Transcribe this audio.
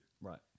Right